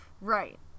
Right